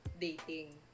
dating